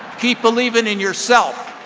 keep believing in yourself.